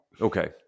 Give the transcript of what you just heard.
Okay